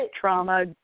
trauma